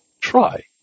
try